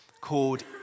called